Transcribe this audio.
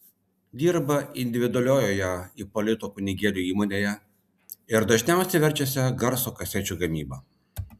dirba individualioje ipolito kunigėlio įmonėje ir dažniausiai verčiasi garso kasečių gamyba